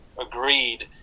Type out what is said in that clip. agreed